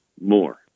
more